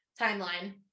timeline